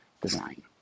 design